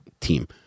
team